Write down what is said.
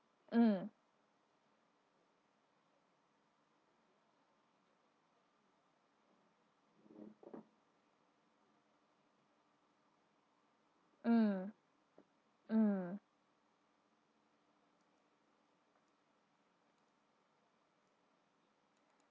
mm mm mm